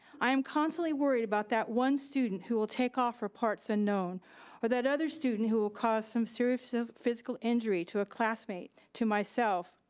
i am constantly worried about that one student who will take off her parts unknown or that other student who will cause some serious physical injury to a classmate, to myself,